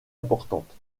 importantes